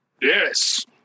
Yes